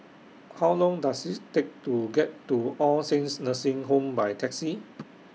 How Long Does IT Take to get to All Saints Nursing Home By Taxi